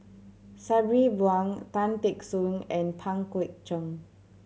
Sabri Buang Tan Teck Soon and Pang Guek Cheng